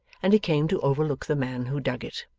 and he came to overlook the man who dug it.